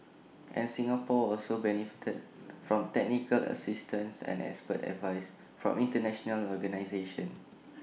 and Singapore also benefited from technical assistance and expert advice from International organisations